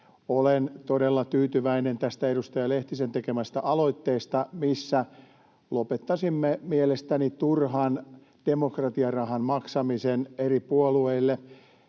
olen todella tyytyväinen tästä edustaja Lehtisen tekemästä aloitteesta, missä lopettaisimme mielestäni turhan demokratiarahan maksamisen eri puolueille.